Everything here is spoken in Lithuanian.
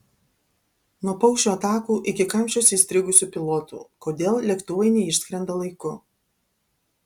nuo paukščių atakų iki kamščiuose įstrigusių pilotų kodėl lėktuvai neišskrenda laiku